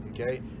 Okay